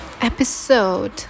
episode